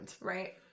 Right